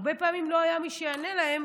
הרבה פעמים לא היה מי שיענה להם,